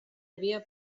havia